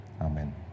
Amen